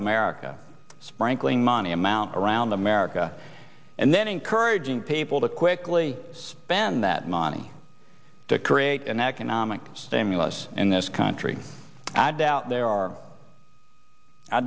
america sprinkling money amount around america and then encouraging people to quickly spend that money to create an economic stimulus in this country and i doubt there are i